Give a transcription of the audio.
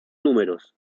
números